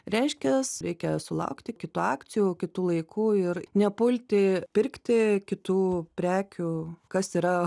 reiškias reikia sulaukti kitų akcijų kitų laikų ir nepulti pirkti kitų prekių kas yra